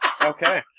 Okay